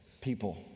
people